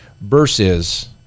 versus